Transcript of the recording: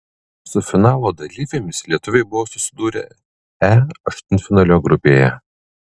su finalo dalyvėmis lietuviai buvo susidūrę e aštuntfinalio grupėje